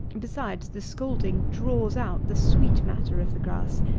besides, the scalding draws out the sweet matter of the grass,